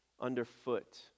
underfoot